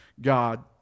God